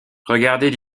regardez